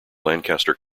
lancaster